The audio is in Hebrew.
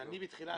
בתחילה,